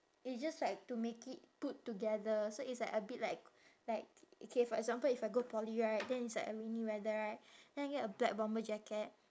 it's just like to make it put together so it's like a bit like like K for example if I go poly right then it's like a rainy weather right then I get a black bomber jacket